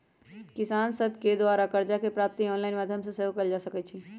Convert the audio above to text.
किसान सभके द्वारा करजा के प्राप्ति ऑनलाइन माध्यमो से सेहो कएल जा सकइ छै